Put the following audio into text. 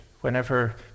whenever